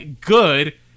good